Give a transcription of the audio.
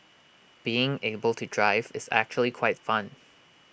being able to drive is actually quite fun